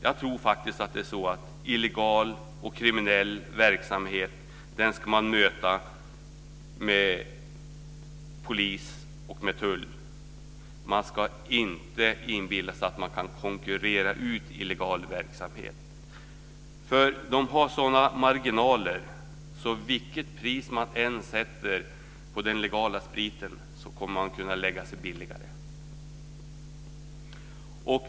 Jag tror faktiskt att illegal och kriminell verksamhet ska mötas med polis och tull. Man ska inte inbilla sig att man kan konkurrera ut illegal verksamhet. De har sådana marginaler, att vilket pris man än sätter på den legala spriten kan den illegala bli billigare.